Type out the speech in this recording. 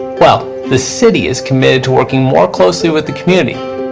well the city is committed to working more closely with the community.